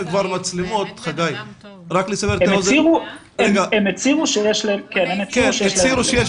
כבר מצלמות --- הם הצהירו שיש להם מצלמות.